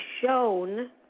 shown